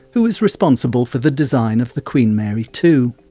who was responsible for the design of the queen mary two.